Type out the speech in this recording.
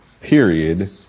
period